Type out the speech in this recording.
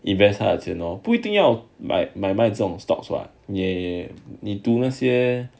invest 他的钱咯不一定要买买卖这种 stocks [what] 你也你读那些